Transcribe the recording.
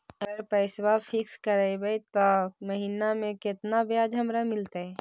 अगर पैसा फिक्स करबै त महिना मे केतना ब्याज हमरा मिलतै?